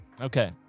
Okay